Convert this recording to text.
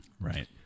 Right